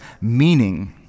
meaning